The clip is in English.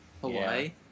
Hawaii